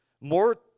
more